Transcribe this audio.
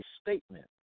statement